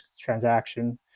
transaction